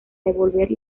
devolver